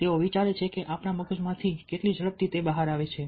તેઓ વિચારે છે કે આપણા મગજમાંથી કેટલી ઝડપ થી બહાર આવે છે